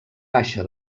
baixa